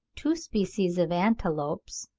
two species of antelopes,